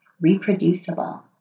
reproducible